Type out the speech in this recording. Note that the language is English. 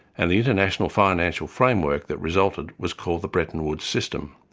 and the international financial framework that resulted was called the breton woods system.